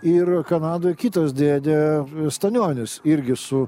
ir kanadoj kitas dėdė stanionis irgi su